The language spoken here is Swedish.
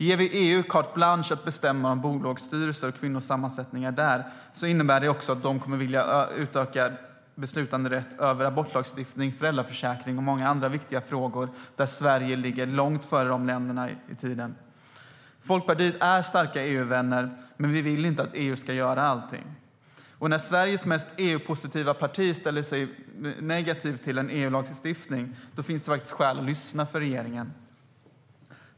Ger vi EU carte blanche att bestämma över bolagsstyrelser och deras sammansättningar kommer EU också att vilja ha utökad beslutanderätt över abortlagstiftning, föräldraförsäkring och många andra viktiga frågor där Sverige ligger långt före andra länder. Folkpartiet är starka EU-vänner, men vi vill inte att EU ska göra allting. När Sveriges mest EU-positiva parti ställer negativt till en EU-lagstiftning finns det faktiskt skäl för regeringen att lyssna.